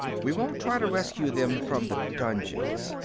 we won't try to rescue them from the dungeons.